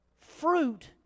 fruit